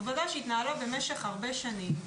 זו ועדה שהתנהלה במשך הרבה שנים,